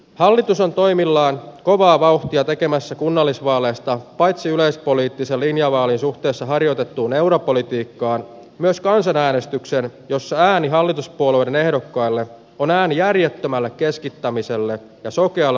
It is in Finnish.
hallitus on toimillaan kovaa vauhtia tekemässä kunnallisvaaleista on paitsi yleispoliittisen linjavaali suhteessa harjoitetun europolitiikkaan myös kansanäänestykseen jossa lääninhalituspuolueiden ehdokkaille on ääni järjettömällä keskittämisellä ja sokealle